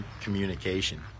communication